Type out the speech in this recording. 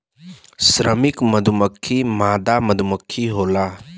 श्रमिक मधुमक्खी मादा मधुमक्खी होला